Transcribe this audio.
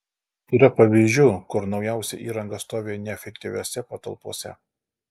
yra pavyzdžių kur naujausia įranga stovi neefektyviose patalpose